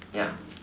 ya